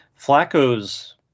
Flacco's